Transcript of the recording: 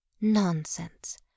Nonsense